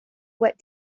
what